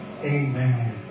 Amen